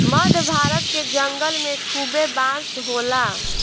मध्य भारत के जंगल में खूबे बांस होला